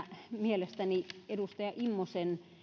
mielestäni edustaja